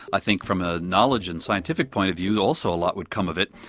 i think from a knowledge and scientific point of view also a lot would come of it.